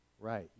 Right